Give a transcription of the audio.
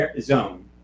zone